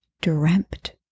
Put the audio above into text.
dreamt